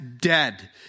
dead